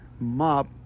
mop